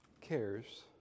cares